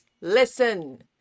listen